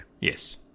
yes